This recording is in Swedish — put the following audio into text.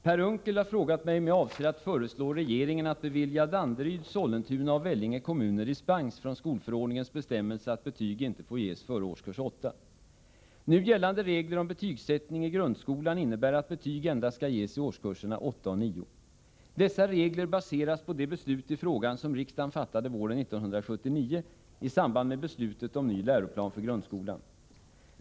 Herr talman! Per Unckel har frågat mig om jag avser att föreslå regeringen att bevilja Danderyd, Sollentuna och Vellinge kommuner dispens från skolförordningens bestämmelse att betyg inte får ges före årskurs 8. Nu gällande regler om betygsättning i grundskolan innebär att betyg endast skall ges i årskurserna 8 och 9. Dessa regler baseras på det beslut i frågan som riksdagen fattade våren 1979 i samband med beslutet om ny läroplan för grundskolan, Lgr 80, .